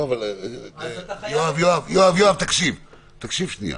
יואב, תקשיב שנייה.